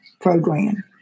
program